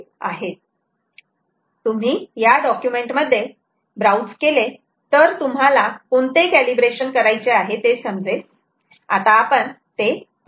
तुम्ही या डॉक्युमेंट मध्ये ब्राउज केले तर तुम्हाला कोणते कॅलिब्रेशन करायचे आहे ते समजेल आता आपण ते पाहू